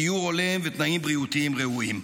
דיור הולם ותנאים בריאותיים ראויים.